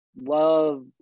love